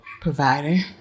provider